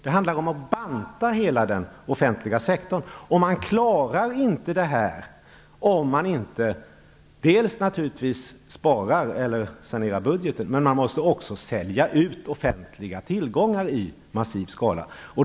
Det handlar om att banta hela den offentliga sektorn. Man klarar inte det om man inte sparar eller sanerar budgeten, men man måste också sälja ut offentliga tillgångar i massiv skala.